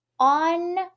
On